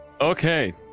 Okay